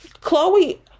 Chloe